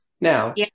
now